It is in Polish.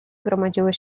gromadziły